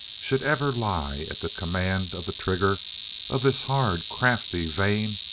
should ever lie at the command of the trigger of this hard, crafty, vain,